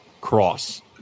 cross